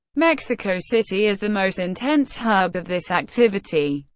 mexico city is the most intense hub of this activity,